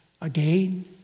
again